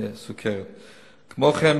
כמו כן,